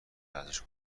ارزش